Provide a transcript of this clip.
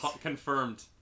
Confirmed